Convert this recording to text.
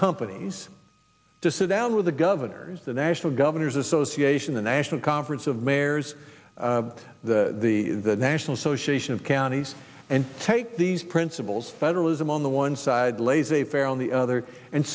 companies to sit down with the governors the national governors association the national conference of mayors the the national association of counties and take these principles federalism on the one side laissez fair on the other and